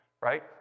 right